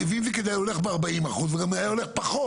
אם זה כדאי לו הוא ילד ב-40 אחוז והוא גם ילך בפחות.